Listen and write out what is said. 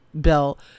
bill